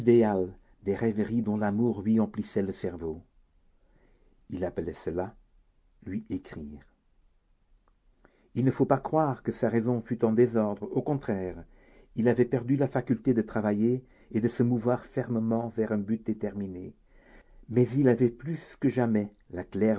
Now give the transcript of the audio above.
des rêveries dont l'amour lui emplissait le cerveau il appelait cela lui écrire il ne faut pas croire que sa raison fût en désordre au contraire il avait perdu la faculté de travailler et de se mouvoir fermement vers un but déterminé mais il avait plus que jamais la